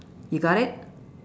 you got it